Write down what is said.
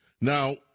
Now